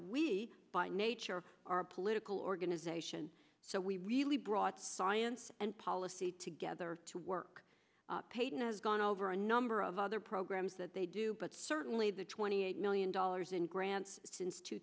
we by nature are a political organization so we really brought science and policy together to work peyton has gone over a number of other programs that they do but certainly the twenty eight million dollars in grants since two